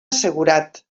assegurat